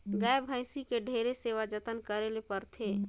गाय, भइसी के ढेरे सेवा जतन करे ले परथे